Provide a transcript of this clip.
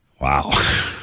Wow